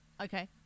Okay